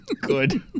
Good